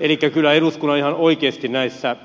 elikkä kyllä eduskunnan ihan oikeasti näissä